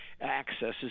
accesses